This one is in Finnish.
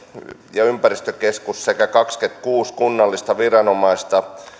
ja ympäristökeskusta sekä kaksikymmentäkuusi kunnallista viranomaista